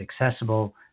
accessible